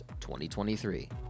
2023